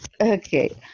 Okay